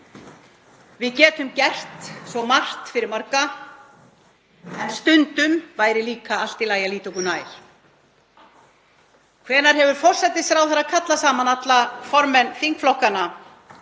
Við getum gert svo margt fyrir marga en stundum væri líka allt í lagi að líta okkur nær. Hvenær hefur forsætisráðherra kallað saman alla formenn þingflokkanna